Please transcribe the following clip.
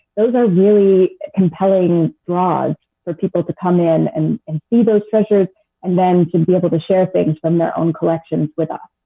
those are really compelling draws for people to come in and and see those treasures and then to be able to share things from their own collections with us.